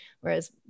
whereas